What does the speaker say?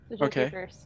Okay